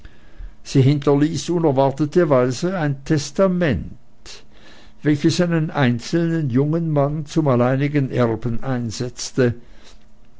sie hinterließ unerwarteterweise ein testament welches einen einzelnen jungen mann zum alleinigen erben einsetzte